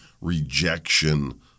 rejection